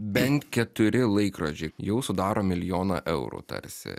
bent keturi laikrodžiai jau sudaro milijoną eurų tarsi